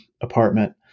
apartment